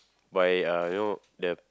by uh you know the